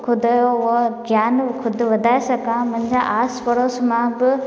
ख़ुदि जो ज्ञानु ख़ुदि वधाए सघां मुंहिंजा आस पड़ोस मां बि